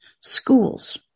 schools